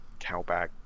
cowbag